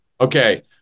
Okay